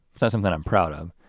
it's not something i'm proud of.